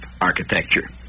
architecture